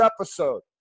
episode